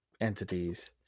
entities